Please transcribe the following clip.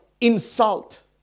insult